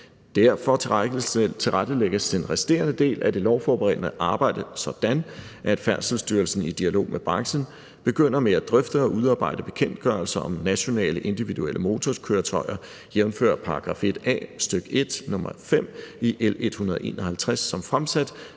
Derfor tilrettelægges den resterende del af det lovforberedende arbejde sådan, at Færdselsstyrelsen i dialog med branchen begynder med at drøfte og udarbejde bekendtgørelser om nationale, individuelle motorkøretøjer, jf. § 1 a, stk. 1, nr. 5, i L 151 som fremsat,